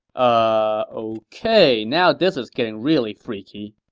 ah ok, now this is getting really freaky.